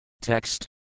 Text